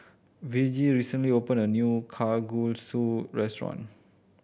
Virgie recently opened a new Kalguksu restaurant